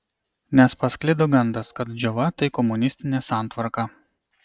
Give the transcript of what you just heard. nes pasklido gandas kad džiova tai komunistinė santvarka